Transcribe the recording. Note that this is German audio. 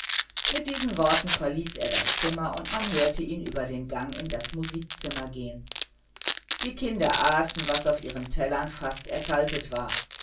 mit diesen worten verließ er das zimmer und man hörte ihn über den gang in das musikzimmer gehen die kinder aßen was auf ihren tellern fast erkaltet war